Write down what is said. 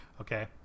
okay